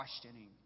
questioning